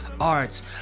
arts